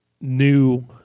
new